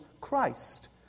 Christ